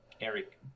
Eric